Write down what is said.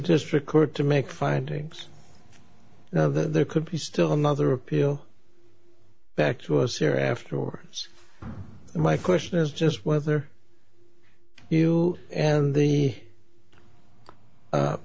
district court to make findings now that there could be still another appeal back to us or afterwards my question is just whether you and the